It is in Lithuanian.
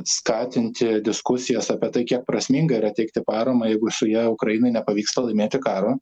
skatinti diskusijas apie tai kiek prasminga yra teikti paramą jeigu su ja ukrainai nepavyksta laimėti karo